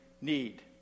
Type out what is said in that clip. need